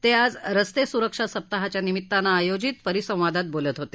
ते आज रस्ते सुरक्षा सप्ताहाच्या निमित्तानं आयोजित परिसंवादात बोलत होते